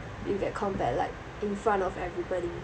you get compared like in front of everybody